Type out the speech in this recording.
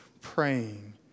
praying